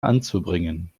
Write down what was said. anzubringen